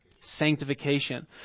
Sanctification